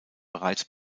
bereits